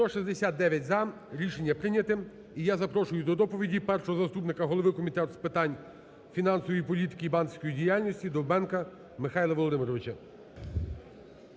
За-169 Рішення прийнято. І я запрошую до доповіді першого заступника голови Комітету з питань фінансової політики і банківської діяльності Довбенка Михайла Володимировича.